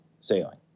sailing